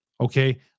Okay